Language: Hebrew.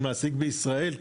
של מעסיק בישראל,